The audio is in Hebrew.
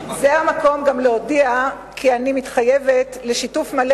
זה המקום גם להודיע כי אני מתחייבת לשיתוף מלא